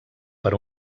per